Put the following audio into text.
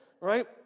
right